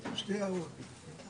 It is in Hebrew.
23 בפברואר 2022. על סדר היום: